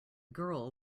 girl